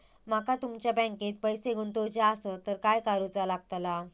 माका तुमच्या बँकेत पैसे गुंतवूचे आसत तर काय कारुचा लगतला?